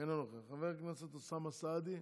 אינו נוכח, חבר הכנסת אוסאמה סעדי,